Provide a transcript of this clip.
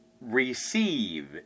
receive